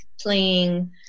playing